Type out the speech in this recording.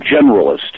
generalist